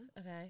Okay